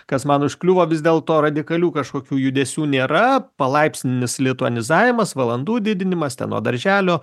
kas man užkliūvo vis dėl to radikalių kažkokių judesių nėra palaipsninis lituanizavimas valandų didinimas ten nuo darželio